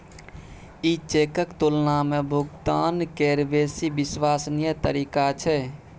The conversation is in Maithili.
ई चेकक तुलना मे भुगतान केर बेसी विश्वसनीय तरीका छै